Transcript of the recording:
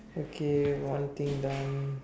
okay one thing done